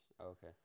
Okay